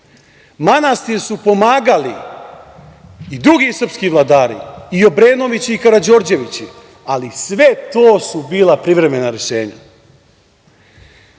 Manastir su pomagali i drugi srpski vladari, i Obrenovići i Karađorđevići, ali sve to su bila privremena rešenja. Obnova